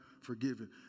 forgiven